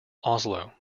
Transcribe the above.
oslo